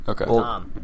Okay